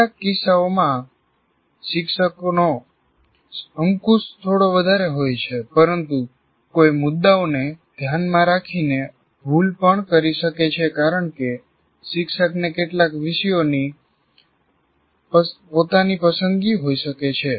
કેટલાક કિસ્સાઓમાં સ્વાયત્ત સંસ્થાઓ શિક્ષકનો અંકુશ થોડો વધારે હોય છે પરંતુ કોઈ મુદ્દાઓને ધ્યાનમાં રાખીને ભૂલ પણ કરી શકે છે કારણ કે શિક્ષકને કેટલાક વિષયોની પોતાની પસંદગી હોઇ શકે છે